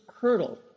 hurdle